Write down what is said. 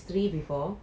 mmhmm